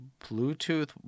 Bluetooth